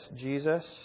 Jesus